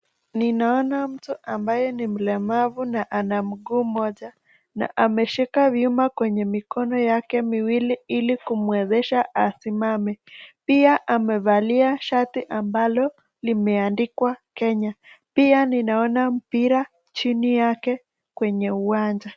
Ninaona mtu ambaye ni mlemavu na ako na mguu moja ameshika vyumo kwenye mikono yake mowili hili kumwesesha asimama pia amevalia shati ambalo limeandikwa Kenya, pia ninaona mpira chini yake kwenye uwanja.